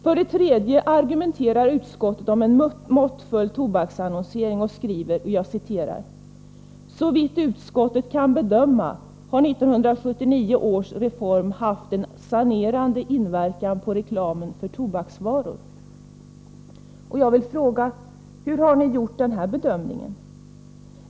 För det tredje argumenterar utskottet för en måttfull tobaksannonsering och skriver: ”Såvitt utskottet kan bedöma har 1979 års reform haft en avsevärt sanerande effekt på reklamen för tobaksvaror.” verkligheten för er på det viset?